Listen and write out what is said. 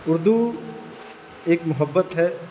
اردو ایک محبت ہے